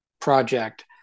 project